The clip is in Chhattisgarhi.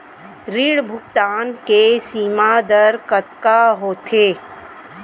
ऋण भुगतान के सीमा दर कतका होथे?